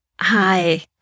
Hi